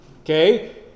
Okay